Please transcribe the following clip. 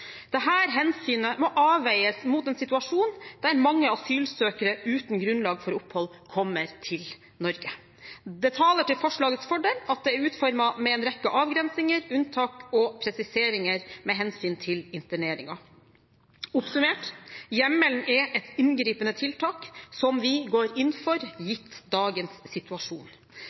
hensynet må avveies mot en situasjon der mange asylsøkere uten grunnlag for opphold kommer til Norge. Det taler til forslagets fordel at det er utformet med en rekke avgrensinger, unntak og presiseringer med hensyn til interneringen. Oppsummert: Hjemmelen er et inngripende tiltak som vi går inn for